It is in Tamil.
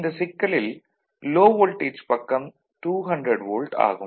இந்த சிக்கலில் லோ வோல்டேஜ் பக்கம் 200 வோல்ட் ஆகும்